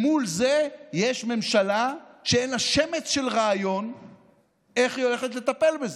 מול זה יש ממשלה שאין לה שמץ של רעיון איך היא הולכת לטפל בזה,